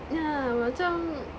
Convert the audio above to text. yeah macam